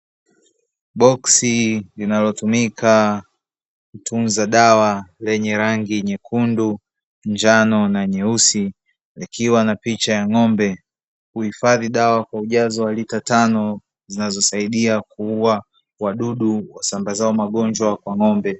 Boksi linalotumika kutunza dawa lenye rangi nyekundu, njano na nyeusi likiwa na picha ya ng'ombe, kuhifadhi dawa kwa ujazo wa lita tano zinazosaidia kuua wadudu wasambazao magonjwa kwa ng'ombe.